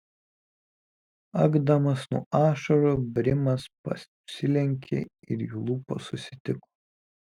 akdamas nuo ašarų brimas pasilenkė ir jų lūpos susitiko